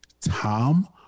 Tom